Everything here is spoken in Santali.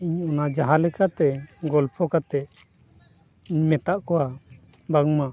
ᱤᱧ ᱚᱱᱟ ᱡᱟᱦᱟᱸ ᱞᱮᱠᱟᱛᱮ ᱜᱚᱞᱯᱷᱚ ᱠᱟᱛᱮ ᱤᱧ ᱢᱮᱛᱟᱜ ᱠᱚᱣᱟ ᱵᱟᱝᱢᱟ